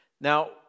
Now